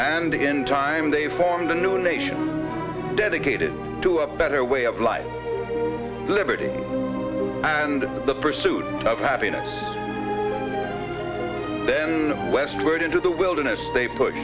and in time they formed a new nation dedicated to a better way of life liberty and the pursuit of happiness then westward into the wilderness they put